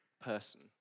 person